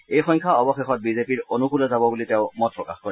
এই সংখ্যা অৱশেষত বিজেপিৰ অনুকূলে যাব বুলি তেওঁ মতপ্ৰকাশ কৰে